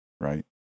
right